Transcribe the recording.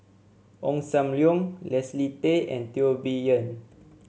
Ong Sam Leong Leslie Tay and Teo Bee Yen